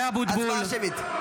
ההצבעה שמית.